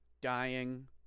dying